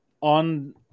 on